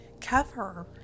cover